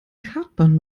kartbahn